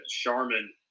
Charmin